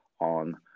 on